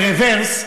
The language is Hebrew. ברוורס,